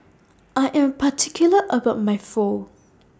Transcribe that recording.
I Am particular about My Pho